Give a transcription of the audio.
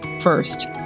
First